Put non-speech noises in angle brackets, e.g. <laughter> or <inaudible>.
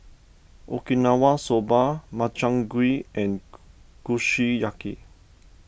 Okinawa Soba Makchang Gui and <noise> Kushiyaki